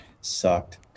sucked